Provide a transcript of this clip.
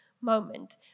moment